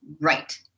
Right